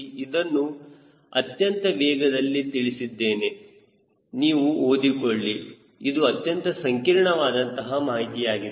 ಇದನ್ನು ಅತ್ಯಂತ ವೇಗದಲ್ಲಿ ತಿಳಿಸಿದ್ದೇನೆ ನೀವು ಓದಿಕೊಳ್ಳಿ ಇದು ಅತ್ಯಂತ ಸಂಕೀರ್ಣ ವಾದಂತಹ ಮಾಹಿತಿಯಾಗಿದೆ